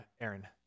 Aaron